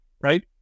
right